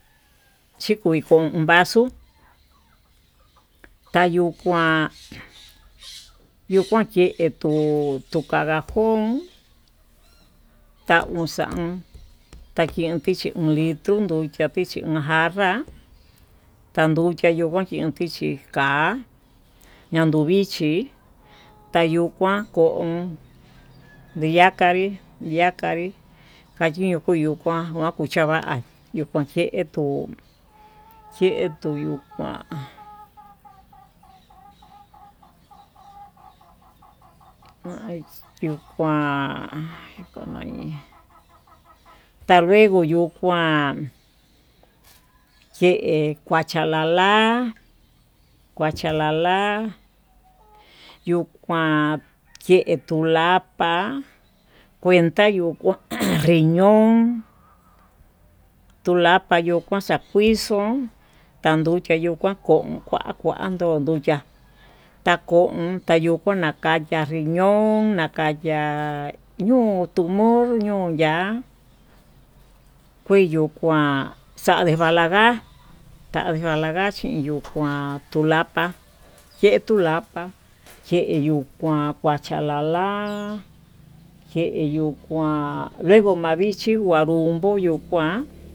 Chikoin ko'o vaso kayuu kuan yuu kuu chetó, tuu kaga njón taun xaun taken vichi uun litro nducha tichi uun jarra tayuchian kuan tichi ka'a ñandu vichí, tayuu kuan ko'on ndiyakanrí yakanri kandiyo kuu yo'o kuán nuu kuchava yuu kuan chendo chetuu yuu kuan, yuu kuan komayi tayenguu yuu kuan ke kuachala la kuacha lala yuu kuan yee tuu lapa kuenta yuu kuan ño'on tuu lapa yuu kuxa kuixo tayucha yuu xan kon kuá kuando kuchiá takon tayuu konakachiá, riñon nakayiáñuu tuu monro ñuu ya'á kueyu kuan xale kualanguá tayii kalangua chin yuu kuan, tuu lapa yee tulapa yeyuu kuan kuacha lala keyuu kuan lego ma'a vichí rumbuu yuu kuan.